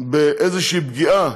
באיזושהי פגיעה,